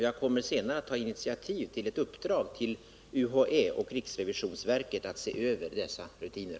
Jag kommer senare att ta initiativ till ett uppdrag till UHÄ och riksrevisionsverket att se över dessa rutiner.